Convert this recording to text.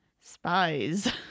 Spies